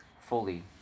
fully